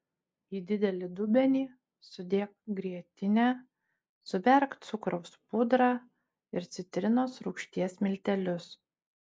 į didelį dubenį sudėk grietinę suberk cukraus pudrą ir citrinos rūgšties miltelius